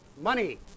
Money